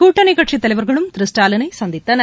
கூட்டணி கட்சித் தலைவர்களும் திரு ஸ்டாலினை சந்தித்தனர்